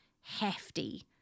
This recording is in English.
hefty